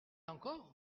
encore